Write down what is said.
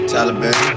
Taliban